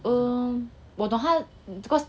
err 我懂他